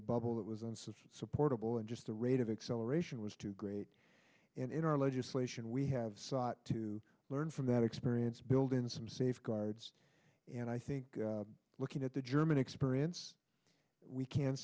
bubble that was and so supportable and just the rate of acceleration was too great and in our legislation we have sought to learn from that experience build in some safeguards and i think looking at the german experience we can